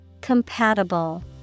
Compatible